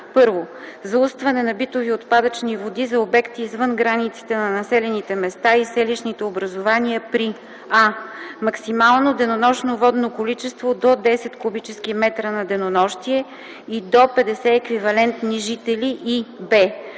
на: 1. заустване на битови отпадъчни води за обекти извън границите на населените места и селищните образувания при: а) максимално денонощно водно количество до 10 куб. м на денонощие и до 50 еквивалентни жители, и б)